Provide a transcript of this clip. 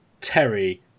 Terry